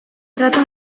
tratu